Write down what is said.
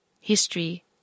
history